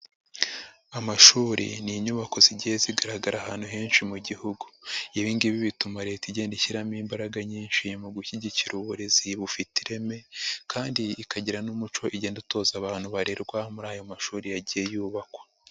Amashuri ni inyubako zigiye zigaragara ahantu henshi mu gihugu. Ibingibi bituma leta igenda ishyiramo imbaraga nyinshi mu gushyigikira uburezi bufite ireme kandi ikagira n'umuco igenda itoza abantu barerwa muri ayo mashuri yagiye yubakwa.